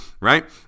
right